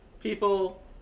people